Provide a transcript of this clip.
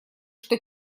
что